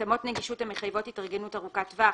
התאמות נגישות המחייבות התארגנות ארוכת טווח,